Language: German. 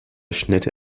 schnitte